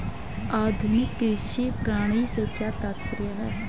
आधुनिक कृषि प्रणाली से क्या तात्पर्य है?